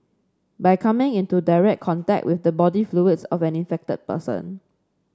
by coming into direct contact with the body fluids of an infected person